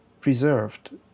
preserved